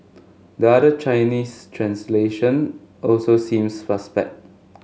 the other Chinese translation also seems suspect